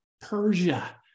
Persia